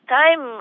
time